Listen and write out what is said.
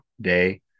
day